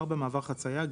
מעבר חצייה,